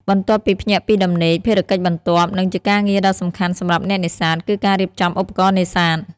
បន្ទាប់ពីភ្ញាក់ពីដំណេក ភារកិច្ចបន្ទាប់ និងជាការងារដ៏សំខាន់សម្រាប់អ្នកនេសាទ គឺការរៀបចំឧបករណ៍នេសាទ។